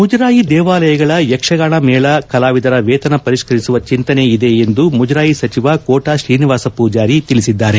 ಮುಜರಾಯಿ ದೇವಾಲಯಗಳ ಯಕ್ಷಗಾನ ಮೇಳ ಕಲಾವಿದರ ವೇತನ ಪರಿಷ್ಠರಿಸುವ ಚಿಂತನೆ ಇದೆ ಎಂದು ಮುಜರಾಯಿ ಸಚಿವ ಕೋಟಾ ಶ್ರೀನಿವಾಸ ಪೂಜಾರಿ ತಿಳಿಸಿದ್ದಾರೆ